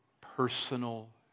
personal